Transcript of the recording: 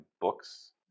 books